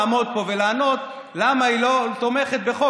לעמוד פה ולענות למה היא לא תומכת בחוק